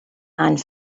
and